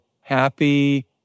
happy